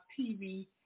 TV